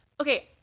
Okay